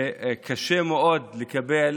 וקשה מאוד להעביר